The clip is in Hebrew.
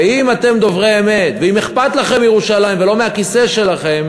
ואם אתם דוברי אמת ואם אכפת לכם מירושלים ולא מהכיסא שלכם,